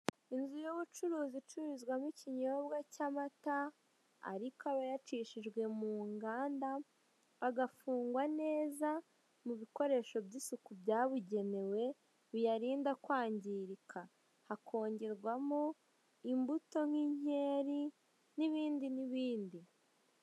Inzu y'ubucuruzi icururizwamo ikinyobwa cy'amata ariko aba yacishijwe mu nganda agafungwa neza mu bikoresho by'isuku byabugenewe biyarinda kwangirika, hakongerwamo imbuto nk'inkeri n'ibindi n'ibindi.